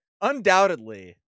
undoubtedly